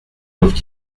doivent